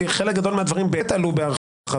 חלק גדול מהדברים באמת עלו בהרחבה,